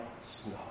snow